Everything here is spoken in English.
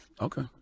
okay